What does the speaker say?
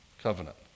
covenant